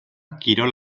kirol